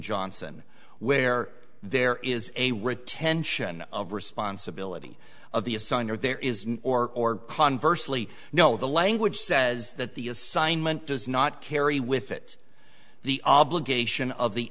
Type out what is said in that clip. johnson where there is a retained sharon of responsibility of the assigned or there is or conversely no the language says that the assignment does not carry with it the obligation of the